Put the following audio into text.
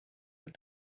that